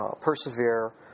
persevere